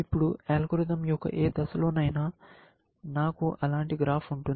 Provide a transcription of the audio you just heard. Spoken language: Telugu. ఇప్పుడు అల్గోరిథం యొక్క ఏ దశలోనైనా నాకు అలాంటి గ్రాఫ్ ఉంటుంది